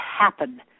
happen